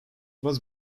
was